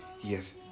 Yes